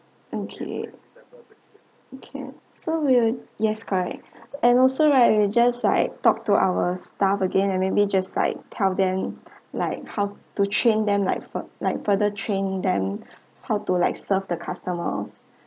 okay can so we will yes correct and also right we will just like talk to our staff again and maybe just like tell them like how to train them like for like further train them how to like serve the customers